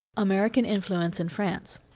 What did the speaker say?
american influence in france.